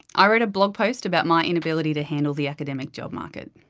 i wrote a blog post about my inability to handle the academic job market.